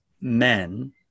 men